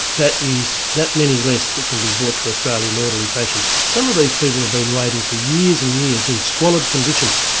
that is that many less that can be brought to australia in an orderly fashion. some of these people have been waiting for years and years in squalid conditions.